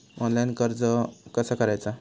Online कर्ज कसा करायचा?